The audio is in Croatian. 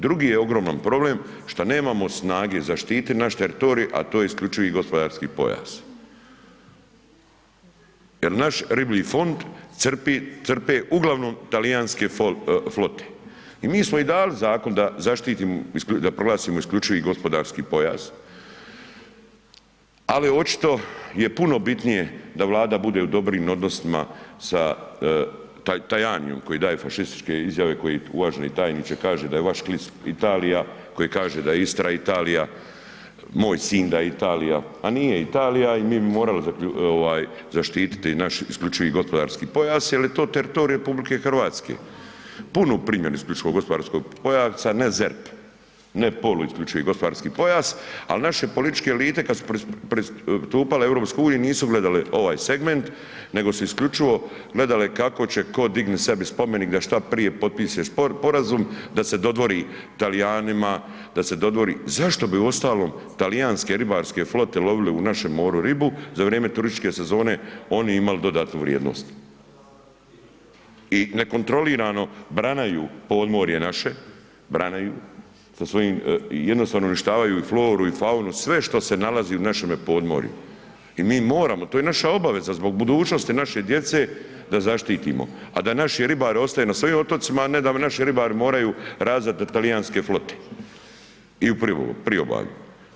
Drugi je ogroman problem šta nemamo snage zaštititi naš teritorij a to je isključivi gospodarski pojas jer naš riblji fond crpi uglavnom talijanske flote i mi smo im dali zakon da zaštitimo, da proglasimo isključivi gospodarski pojas ali očito je puno bitnije da Vlada bude u dobrim odnosima sa Tajanijem koji daje fašističke izjave koji uvaženi tajniče kaže da je vaš Klis Italija, koji kaže da je Istra Italija, moj Sinj da je Italija a nije Italija i mi bi morali zaštititi naš isključivi gospodarski pojas jer je to teritorij RH, punu primjenu isključivog gospodarskog pojasa, ne ZERP, ne poluisključivi gospodarski pojas ali naše političke elite kad su pristupale EU-u, nisu gledale ovaj segment nego su isključivo gledale kako će tko dignut sebi spomenik da šta prije potpišu sporazum da se dodvori Talijanima, da se dodvori, zašto bi uostalom talijanske ribarske flote lovile u našem moru ribu za vrijeme turističke sezone, oni imali dodatnu vrijednost i nekontrolirano branaju podmorje naše, branaju, jednostavno uništavaju i floru i faunu, sve što se nalazi u našemu podmorju i mi moramo, to je naša obaveza zbog budućnosti naše djece da zaštitimo a da naši ribari ostaju na svojim otocima a ne da naši ribari moraju radit za talijanske flote i u priobalju.